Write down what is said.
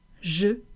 je